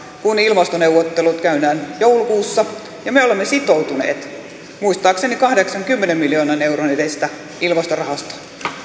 kun ilmastoneuvottelut käydään joulukuussa ja me olemme sitoutuneet muistaakseni kahdeksankymmenen miljoonan euron edestä ilmastorahastoon